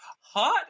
hot